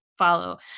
follow